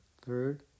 third